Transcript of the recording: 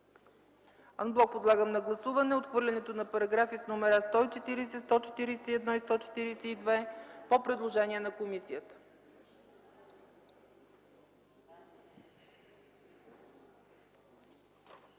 Ан блок подлагам на гласуване отхвърлянето на параграфи с номера 140, 141 и 142 по предложение на комисията.